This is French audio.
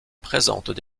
présentent